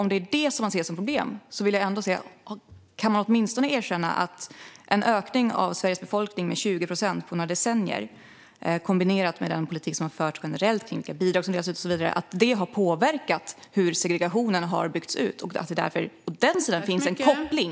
Om det är de faktorerna som man ser som orsak till problemen undrar jag: Kan man åtminstone erkänna att en ökning av Sveriges befolkning med 20 procent på några decennier, kombinerat med den politik som har förts generellt med olika bidrag som delas ut och så vidare, har påverkat hur segregationen har byggts ut och att det därför finns en koppling?